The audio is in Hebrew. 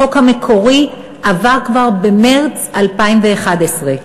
החוק המקורי עבר כבר במרס 2011,